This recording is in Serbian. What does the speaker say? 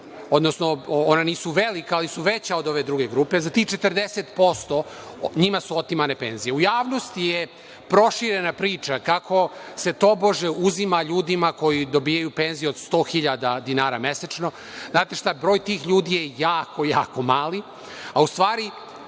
odnosno ona nisu velika, ali su veća od ove druge grupe za tih 40%, njima su otimane penzije.U javnosti je proširena priča kako se, tobože, uzima ljudima koji dobijaju penzije od 100.000 dinara mesečno. Znate šta, broj tih ljudi je jako, jako mali, a u stvari